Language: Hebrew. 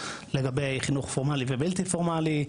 לגבי חינוך פורמלי ובלתי פורמלי,